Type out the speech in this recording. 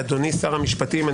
אדוני שר המשפטים,